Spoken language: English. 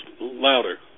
louder